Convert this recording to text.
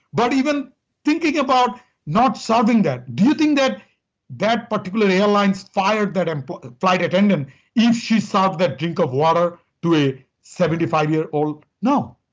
but even thinking about not serving that, do you think that that particular airline fired that and flight attendant if she served that drink of water to a seventy five year old? no.